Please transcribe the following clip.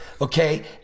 okay